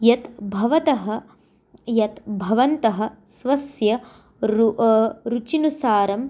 यत् भवतः यत् भवन्तः स्वस्य रु रुच्यनुसारं